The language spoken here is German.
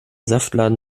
saftladen